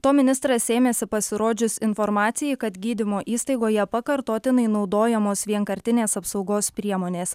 to ministras ėmėsi pasirodžius informacijai kad gydymo įstaigoje pakartotinai naudojamos vienkartinės apsaugos priemonės